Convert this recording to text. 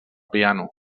piano